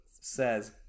says